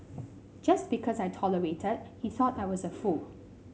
just because I tolerated he thought I was a fool